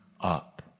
up